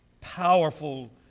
powerful